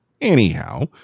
Anyhow